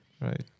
right